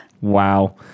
Wow